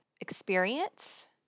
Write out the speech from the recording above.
experience